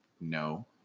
No